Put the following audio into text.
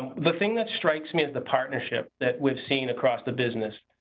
the thing that strikes me at the partnership that we've seen across the business,